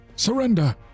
Surrender